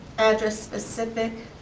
address specific,